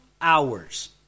hours